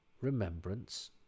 Remembrance